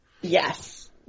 Yes